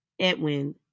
Edwin